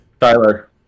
Tyler